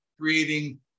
creating